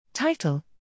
title